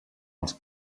els